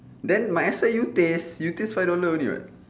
then might as well you taste you taste five dollar only [what]